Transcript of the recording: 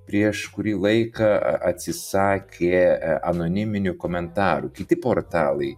prieš kurį laiką atsisakė anoniminių komentarų kiti portalai